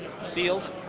Sealed